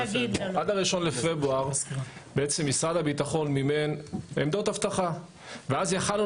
עד ה- בפברואר בעצם משרד הביטחון מימן עמדות אבטחה ואז יכולנו